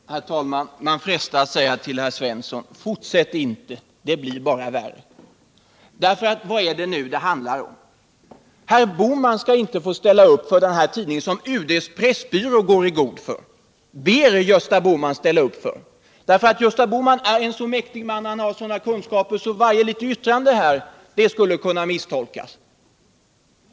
Herr talman! Man frestas att säga till herr Svensson: Fortsätt inte, det blir bara värre! Vad handlar det här om? Herr Bohman skall inte få ställa upp för den här tidningen, som UD:s pressbyrå går i god för och som pressbyrån ber Gösta Bohman ställa upp för, därför att Gösta Bohman är en så mäktig man och har sådana kunskaper att varje litet yttrande skulle kunna misstolkas.